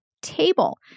table